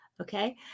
Okay